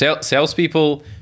Salespeople